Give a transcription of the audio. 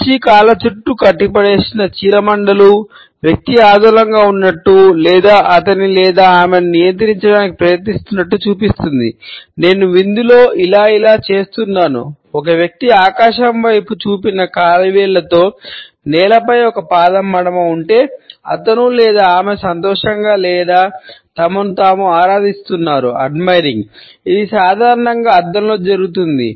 కుర్చీ కాళ్ళ చుట్టూ కట్టిపడేసిన చీలమండలు ఇది సాధారణంగా అద్దంలో జరుగుతుంది